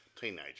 teenager